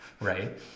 right